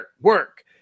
work